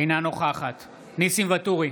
אינה נוכחת ניסים ואטורי,